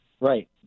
Right